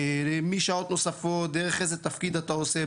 משעות נוספות דרך איזה תפקיד אתה עושה,